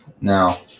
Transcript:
Now